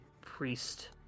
priest